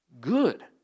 good